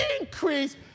increase